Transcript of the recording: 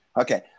Okay